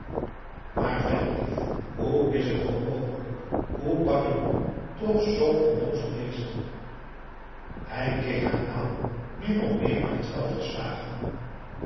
maar ventlief hoe is het toch mogelijk hoe kan je nu toch zoo onnoozel wezen hij keek haar aan min of meer uit het veld geslagen